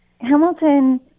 Hamilton